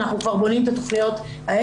אנחנו כבר בונים את התכניות האלה.